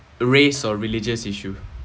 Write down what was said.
race or religious issue